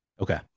Okay